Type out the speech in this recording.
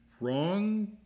wrong